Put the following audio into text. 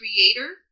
creator